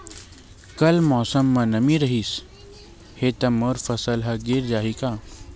कल मौसम म नमी रहिस हे त मोर फसल ह गिर जाही का?